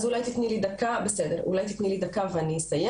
אז אולי תתני לי דקה ואני אסיים.